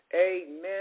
Amen